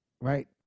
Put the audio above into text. right